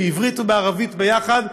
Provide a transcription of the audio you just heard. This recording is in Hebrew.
בעברית ובערבית ביחד,